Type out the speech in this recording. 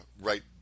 right